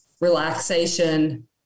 relaxation